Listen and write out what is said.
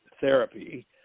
therapy